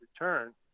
return